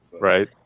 Right